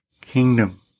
kingdom